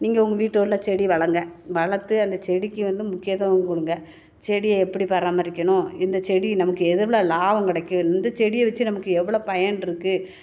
நீங்கள் உங்கள் வீட்டு உள்ள செடி வளர்ங்க வளர்த்து அந்த செடிக்கு வந்து முக்கியதுவம் கொடுங்க செடியை எப்படி பராமரிக்கணும் இந்த செடி நமக்கு எவ்வளோ லாபம் கிடைக்கும் இந்த செடியை வச்சு நமக்கு எவ்வளோ பயன் இருக்குது